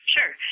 Sure